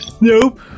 Nope